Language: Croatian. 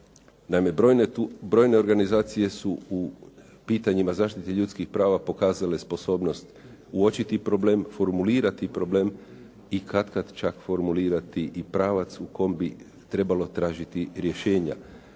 brojne organizacije su u pitanjima zaštite ljudskih prava pokazale sposobnost uočiti problem, formulirati problem i katkad čak formulirati i pravac u kome bi trebalo tražiti rješenja.